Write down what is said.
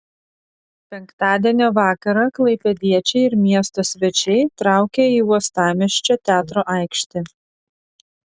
penktadienio vakarą klaipėdiečiai ir miesto svečiai traukė į uostamiesčio teatro aikštę